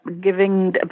giving